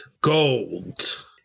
gold